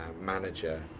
manager